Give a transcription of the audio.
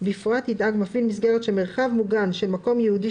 בפרט ידאג מפעיל מסגרת שמרחב מוגן של מקום ייעודי